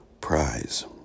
prize